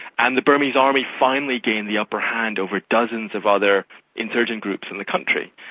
and the burmese army finally gained the upper hand over dozens of other insurgent groups in the country.